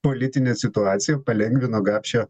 politinę situaciją palengvino gapšio